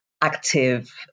active